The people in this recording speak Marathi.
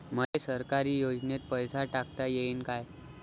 मले सरकारी योजतेन पैसा टाकता येईन काय?